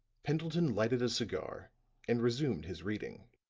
pendleton lighted a cigar and resumed his reading.